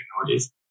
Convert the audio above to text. technologies